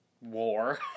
war